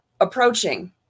approaching